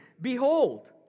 behold